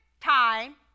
time